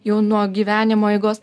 jau nuo gyvenimo eigos